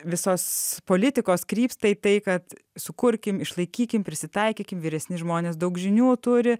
visos politikos krypsta į tai kad sukurkim išlaikykim prisitaikykim vyresni žmonės daug žinių turi